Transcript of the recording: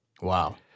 Wow